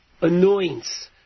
anoints